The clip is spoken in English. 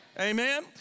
Amen